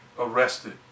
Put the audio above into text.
Arrested